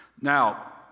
Now